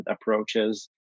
approaches